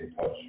touch